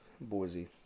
Boise